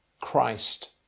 Christ